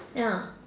ya